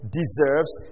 deserves